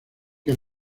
que